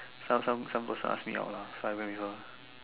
some some some person ask me out lah so I went with her